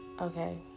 Okay